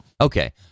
okay